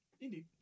Indeed